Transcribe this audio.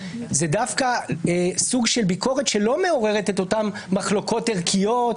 זה דווקא סוג של ביקורת שלא מעוררת את אותן מחלוקות ערכיות.